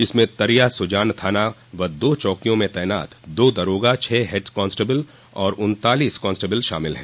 इनमें तरया सुजान थाना व दो चौकियों में तैनात दो दरोगा छह हेडकांस्टेबल व उन्तालीस कांस्टेबल शामिल हैं